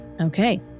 Okay